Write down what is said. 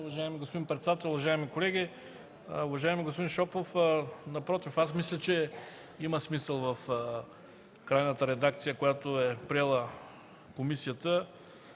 уважаеми господин председател. Уважаеми колеги! Уважаеми господин Шопов, напротив, мисля, че има смисъл в крайната редакция, която е приела комисията.